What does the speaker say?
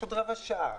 עוד רבע שעה.